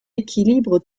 équilibre